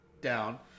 down